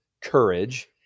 courage